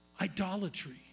idolatry